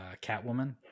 Catwoman